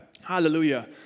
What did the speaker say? Hallelujah